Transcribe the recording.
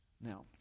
Now